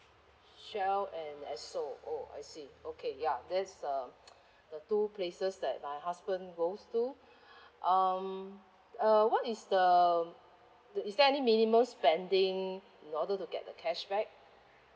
shell and esso oh I see okay yeah there's um the two places that my husband goes to um uh what is the is there any minimum spending in order to get the cashback